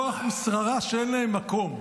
כוח ושררה שאין להם מקום.